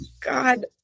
God